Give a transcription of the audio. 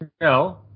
no